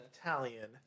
Italian